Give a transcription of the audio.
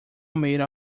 made